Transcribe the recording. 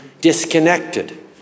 disconnected